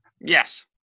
Yes